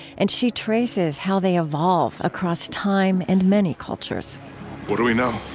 and she traces how they evolve across time and many cultures what do we know?